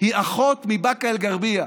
היא אחות מבאקה אל-גרבייה